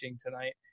tonight